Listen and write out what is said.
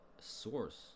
Source